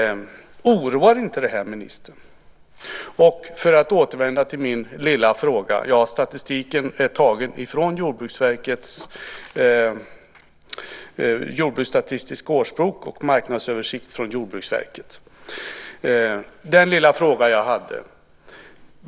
Oroar inte det här ministern? Statistiken är tagen från Jordbruksstatistisk årsbok och Marknadsöversikt från Jordbruksverket. Därmed vill jag återvända till den lilla fråga jag hade.